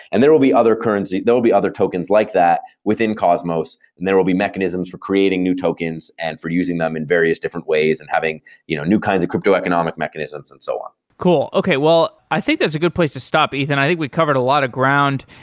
there will be other currency there will be other tokens like that within cosmos and there will be mechanisms for creating new tokens and for using them in various different ways and having you know new kinds of crypto economic mechanisms and so on. cool. okay. well, i think that's a good place to stop, ethan. i think we covered a lot of ground.